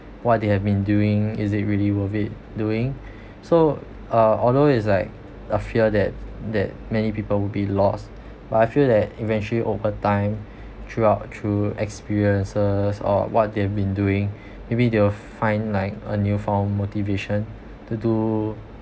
what they have been doing is it really worth it doing so uh although it's like a fear that that many people would be lost but I feel that eventually over time throughout through experiences or what they have been doing maybe they will find like a new form of motivation to do